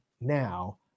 now